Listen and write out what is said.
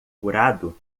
curado